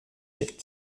jettent